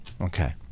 okay